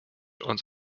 uns